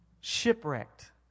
Shipwrecked